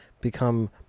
become